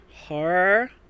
horror